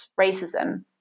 racism